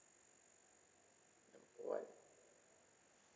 one